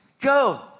go